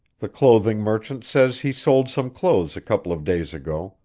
the clothing merchant says he sold some clothes a couple of days ago,